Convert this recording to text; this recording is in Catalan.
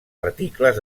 articles